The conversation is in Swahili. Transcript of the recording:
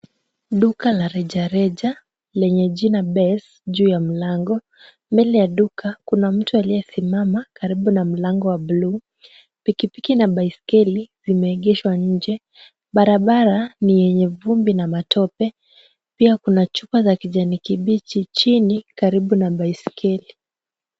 Duka la rejareja lenye jina Base juu ya mlango, mbele ya duka kuna mtu aliyesimama karibu na mlango wa bluu, pikipiki na baiskeli zimeegeshwa nje, barabara ni yenye vumbi na matope, pia kuna chupa za kijani kibichi chini karibu na baiskeli.